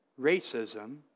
racism